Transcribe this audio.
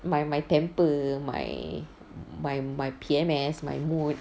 my my temper my my my P_M_S my mood